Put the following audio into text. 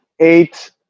Eight